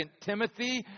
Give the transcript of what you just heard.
Timothy